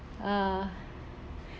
uh